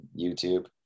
YouTube